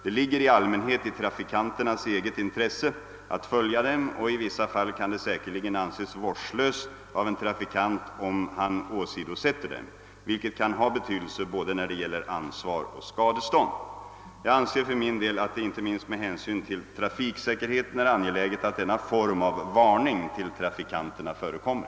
Det ligger i allmänhet i trafikanternas eget intresse att följa dem, och i vissa fall kan det säkerligen anses vårdslöst av en trafikant om han åsidosätter dem, vilket kan ha betydelse både när det gäller ansvar och skadestånd. Jag anser för min del att det inte minst med hänsyn till trafiksäkerheten är angeläget att denna form av varning till trafikanterna förekommer.